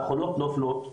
החולות נופלות,